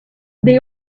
they